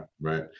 right